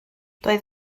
doedd